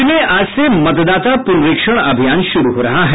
राज्य में आज से मतदाता पुनरीक्षण अभियान शुरू हो रहा है